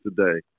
today